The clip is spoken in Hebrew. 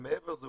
מעבר לזה,